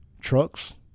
trucks